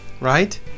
right